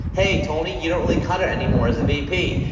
hey, tony, you don't really cut it anymore as a vp.